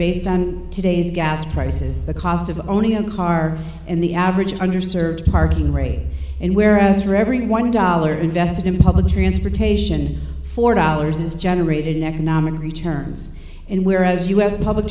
based on today's gas prices the cost of owning a car and the average under served parking rate and whereas for every one dollar invested in public transportation four dollars is generated in economic returns and whereas u s public